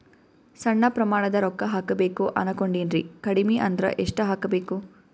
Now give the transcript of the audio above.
ಸಣ್ಣ ಪ್ರಮಾಣದ ರೊಕ್ಕ ಹಾಕಬೇಕು ಅನಕೊಂಡಿನ್ರಿ ಕಡಿಮಿ ಅಂದ್ರ ಎಷ್ಟ ಹಾಕಬೇಕು?